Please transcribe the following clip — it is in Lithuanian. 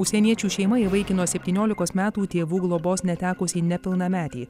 užsieniečių šeima įvaikino septyniolikos metų tėvų globos netekusį nepilnametį